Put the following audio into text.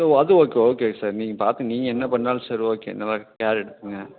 sir அது okay ஓகேங்க sir நீங்கள் பார்த்துட்டு நீங்கள் என்ன பண்ணிணாலும் சரி ஓகே தான் நல்லா கேர் எடுத்துக்கோங்க